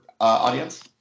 audience